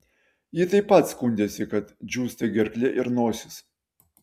ji taip pat skundėsi kad džiūsta gerklė ir nosis